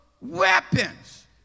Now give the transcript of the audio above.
Weapons